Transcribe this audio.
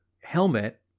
helmet